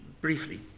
briefly